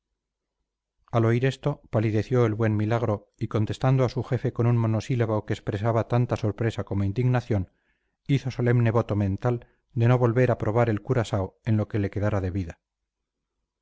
al oír esto palideció el buen milagro y contestando a su jefe con un monosílabo que expresaba tanta sorpresa como indignación hizo solemne voto mental de no volver a probar el curaao en lo que le quedara de vida